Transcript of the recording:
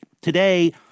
Today